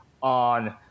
on